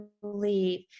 believe